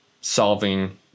solving